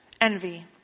envy